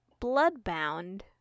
Bloodbound